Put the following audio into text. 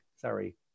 Sorry